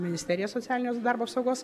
ministerijos socialinės darbo apsaugos